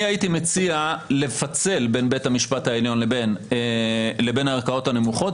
אני הייתי מציע לפצל בין בית המשפט העליון לבין הערכאות הנמוכות.